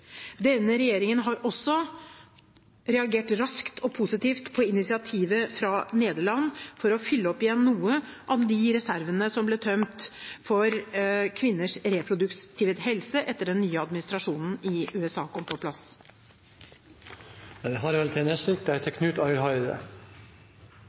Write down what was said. Denne regjeringen har også reagert raskt og positivt på initiativet fra Nederland for å fylle opp igjen noen av de reservene som ble tømt for kvinners reproduktive helse etter at den nye administrasjonen i USA kom på plass. Først av alt